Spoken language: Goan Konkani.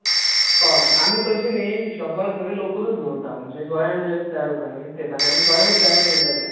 हय आमी चडशे न्हय शोपार सगळें लोकलूच दवरता म्हणजे गोंयांत जें तयार जाता न्हय आनी गोंयांत तयार करता तेंच